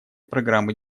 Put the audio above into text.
программы